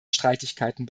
streitigkeiten